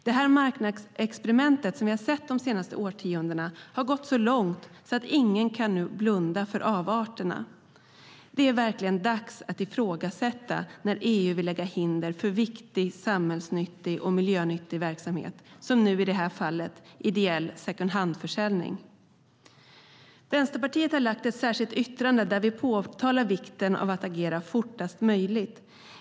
Det marknadsexperiment som vi har sett de senaste årtiondena har gått så långt att ingen nu kan blunda för avarterna. Det är verkligen dags att ifrågasätta när EU vill lägga hinder för viktig samhällsnyttig och miljönyttig verksamhet, som i det här fallet ideell second hand-försäljning. Vänsterpartiet har lagt ett särskilt yttrande, där vi påtalar vikten av att agera fortast möjligt.